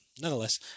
nonetheless